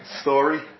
Story